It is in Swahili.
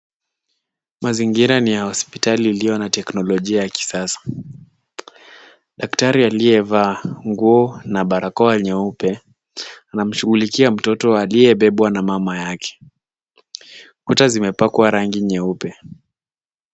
Mazingira ni ya hospitali iliyo na teknolojia ya kisasa. Daktari aliyevaa nguo na barakoa nyeupe anam shughulikia mtoto aliye bebwa na mama yake. Kuta zimepakwa rangi nyeupe.